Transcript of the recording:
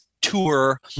tour